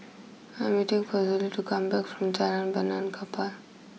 I'm waiting for Zollie to come back from Jalan Benaan Kapal